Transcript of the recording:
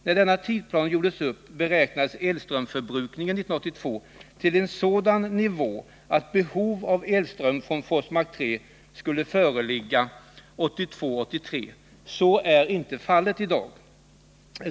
När denna gjordes upp beräknades förbrukningen av elström för 1982 att ligga på en sådan nivå att behov av elström från Forsmark 3 skulle föreligga 1982-1983. Så är inte fallet i dag.